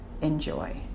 Enjoy